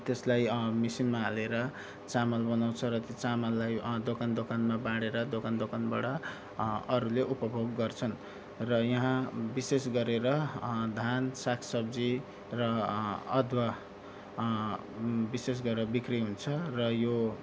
त्यसलाई मसिनमा हालेर चामल बनाउँछ र त्यो चामललाई दोकान दोकानमा बाँडेर दोकान दोकानबाट अरूले उपभोग गर्छन् र यहाँ विशेष गरेर धान सागसब्जी र अदुवा विशेष गरेर बिक्री हुन्छ र यो